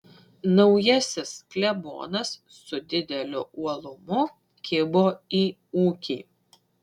naujasis klebonas su dideliu uolumu kibo į ūkį